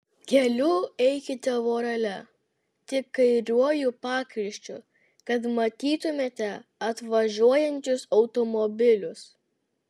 keliu eikite vorele tik kairiuoju pakraščiu kad matytumėte atvažiuojančius automobilius